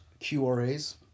QRAs